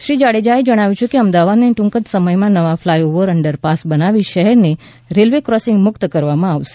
શ્રી જાડેજાએ જણાવ્યુ છે કે અમદાવાદને ટૂંક સમયમાં નવા ફલાયઓવર અન્ડરપાસ બનાવી શહેરને રેલ્વે ક્રોસિગ મુકત કરવામાં આવશે